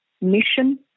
mission